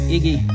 Iggy